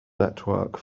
network